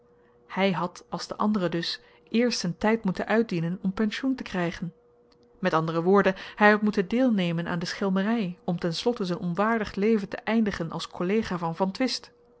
hy had als de anderen dus eerst z'n tyd moeten uitdienen om pensioen te krygen m a w hy had moeten deelnemen aan de schelmery om ten slotte z'n onwaardig leven te eindigen als kollega van van twist